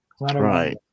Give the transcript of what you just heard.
Right